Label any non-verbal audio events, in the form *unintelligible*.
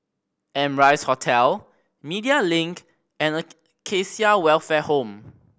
Amrise Hotel Media Link and *unintelligible* Acacia Welfare Home